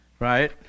Right